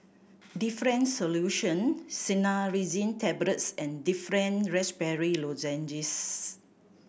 Difflam Solution Cinnarizine Tablets and Difflam Raspberry Lozenges